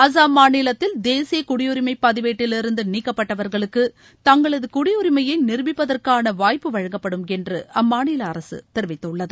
அஸ்ஸாம் மாநிலத்தில் தேசிய குடியுரினம பதிவேட்டிலிருந்து நீக்கப்பட்டவர்களுக்கு தங்களது குடியுரிமையை நிரூபிப்பதற்கான வாய்ப்பு வழங்கப்படும் என்று அம்மாநில அரசு தெரிவித்துள்ளது